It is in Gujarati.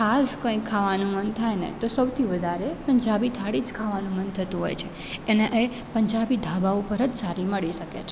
ખાસ કઈ ખાવાનું મન થાય ને તો સૌથી વધારે પંજાબી થાળી જ ખાવાનું મન થતું હોય છે અને એ પંજાબી ઢાબા પર જ સારી મળી શકે છે